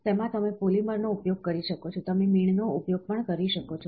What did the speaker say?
તેમાં તમે પોલિમરનો ઉપયોગ કરી શકો છો તમે મીણનો ઉપયોગ પણ કરી શકો છો